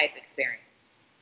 experience